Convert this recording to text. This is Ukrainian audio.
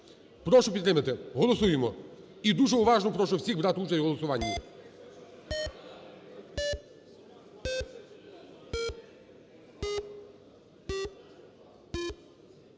Прошу підтримати. Голосуємо. І дуже уважно прошу всіх брати участь у голосуванні.